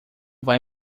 vai